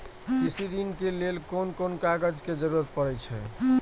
कृषि ऋण के लेल कोन कोन कागज के जरुरत परे छै?